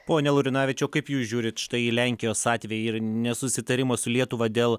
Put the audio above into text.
pone laurinavičiau kaip jūs žiūrit štai į lenkijos atvejį ir nesusitarimo su lietuva dėl